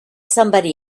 somebody